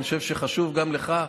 אני חושב שחשוב גם לך,